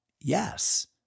yes